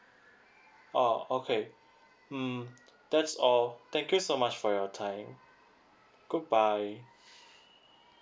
uh okay mm that's all thank you so much for your time goodbye